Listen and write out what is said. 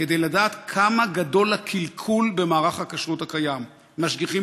"כדי לדעת כמה גדול הקלקול במערך הכשרות הקיים: משגיחים